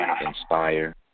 inspire